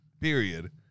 period